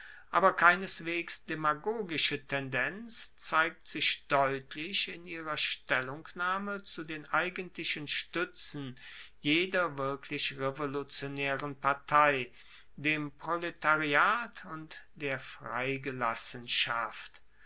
aber keineswegs demagogische tendenz zeigt sich deutlich in ihrer stellungnahme zu den eigentlichen stuetzen jeder wirklich revolutionaeren partei dem proletariat und der